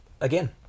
again